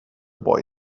boy